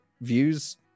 views